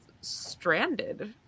stranded